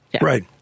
Right